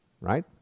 right